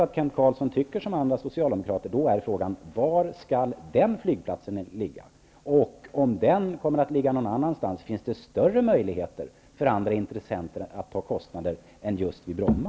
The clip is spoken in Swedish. Om Kent Carlsson tycker som andra socialdemokrater är frågan: Var skall då den andra flygplatsen ligga? Om den kommer att ligga någon annanstans, finns det då större möjligheter för andra intressenter att stå för kostnader än det gör vid Bromma?